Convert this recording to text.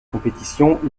compétition